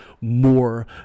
more